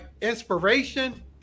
inspiration